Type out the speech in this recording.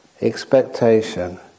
expectation